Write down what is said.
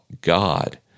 God